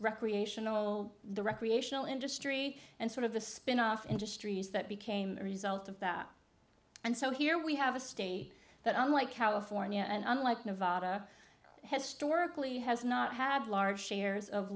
recreational the recreational industry and sort of the spinoff industries that became a result of that and so here we have a state that unlike california and unlike nevada historically has not had large shares of